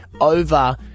over